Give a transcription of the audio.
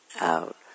out